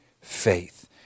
faith